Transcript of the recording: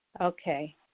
Okay